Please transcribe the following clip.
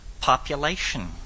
population